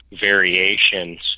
variations